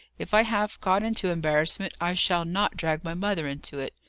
if i have got into embarrassment, i shall not drag my mother into it.